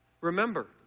remember